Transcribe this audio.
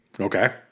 Okay